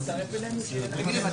הישיבה